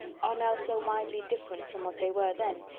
are now so widely different from what they were then,